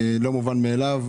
זה לא מובן מאליו,